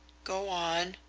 go on,